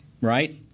Right